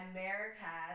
America